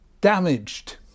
damaged